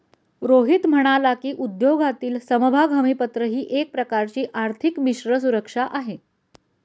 रोहित म्हणाला की, उद्योगातील समभाग हमीपत्र ही एक प्रकारची आर्थिक मिश्र सुरक्षा आहे